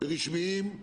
רשמיים ומפוקחים.